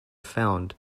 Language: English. found